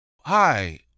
Hi